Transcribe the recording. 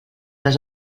les